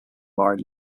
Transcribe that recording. bar